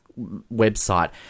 website